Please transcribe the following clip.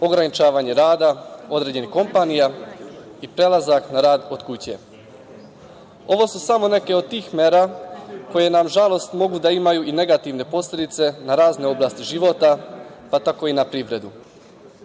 ograničavanje rada određenih kompanija i prelazak na rad od kuće. Ovo su samo neke od tih mera koje na žalost mogu da imaju i negativne posledice na razne oblasti života, pa tako i na privredu.U